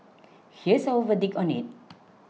here's our verdict on it